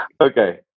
Okay